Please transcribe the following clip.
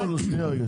שנייה.